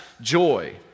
joy